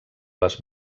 les